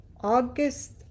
August